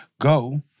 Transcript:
go